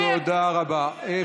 תודה רבה.